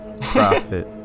Profit